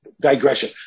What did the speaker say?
digression